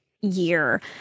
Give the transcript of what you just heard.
year